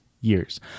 years